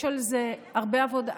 יש על זה הרבה עבודה.